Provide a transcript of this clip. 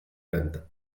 venda